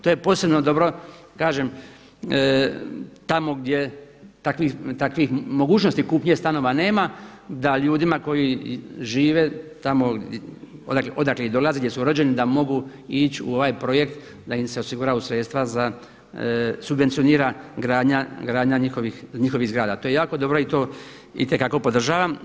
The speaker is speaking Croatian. To je posebno dobro, kažem tamo gdje takvih mogućnosti kupnje stanova nema da ljudima koji žive tamo odakle i dolaze, gdje su rođeni da mogu ići u ovaj projekt da im se osiguraju sredstva, subvencionira gradnja njihovih zgrada, to je jako dobro i to itekako podržavam.